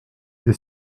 des